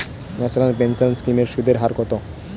National pension scheme এর সুদের হার কত?